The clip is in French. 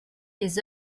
les